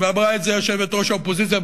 ואמרה את זה יושבת-ראש האופוזיציה,